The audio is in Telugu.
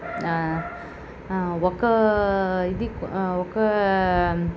ఒక ఇది క ఒక